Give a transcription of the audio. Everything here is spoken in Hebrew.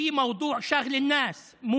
יש נושא שמעיק על האנשים,